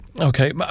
Okay